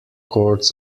courts